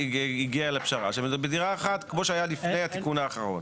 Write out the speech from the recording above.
הגיעה לפשרה שבדירה אחת המצב יישאר כמו שהיה לפני התיקון האחרון.